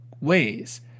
ways